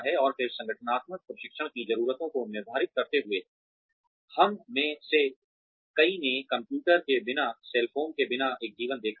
और फिर संगठनात्मक प्रशिक्षण की ज़रूरतों को निर्धारित करते हुए हम में से कई ने कंप्यूटर के बिना सेल फोन के बिना एक जीवन देखा है